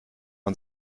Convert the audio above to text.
man